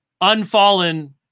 unfallen